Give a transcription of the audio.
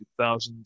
2000